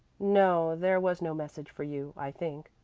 no, there was no message for you, i think.